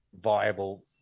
viable